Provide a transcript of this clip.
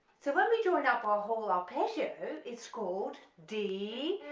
so when we join up our whole arpeggio it's called d,